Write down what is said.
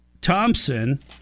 Thompson